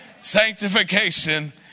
Sanctification